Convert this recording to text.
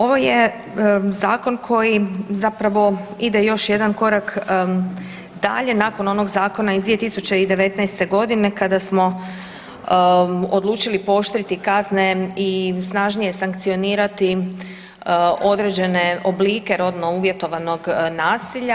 Ovo je zakon koji zapravo ide još jedan korak dalje nakon onog zakona iz 2019.g. kada smo odlučili pooštriti kazne i snažnije sankcionirati određene oblike rodno uvjetovanog nasilja.